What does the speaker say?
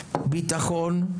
ביטחון,